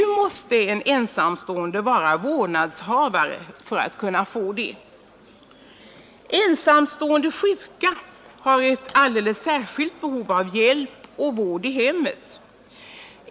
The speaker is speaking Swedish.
Nu måste en ensamstående vara vårdnadshavare för att kunna få sådant lån. Ensamstående sjuka har ett alldeles särskilt behov av hjälp och vård i hemmet.